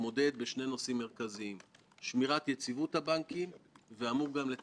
בנושא השמירה על היציבות אני חושב שהדוח לא נוגע במקום הזה.